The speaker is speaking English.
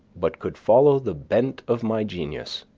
but could follow the bent of my genius,